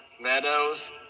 Meadows